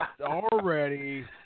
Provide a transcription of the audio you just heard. already